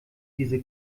diese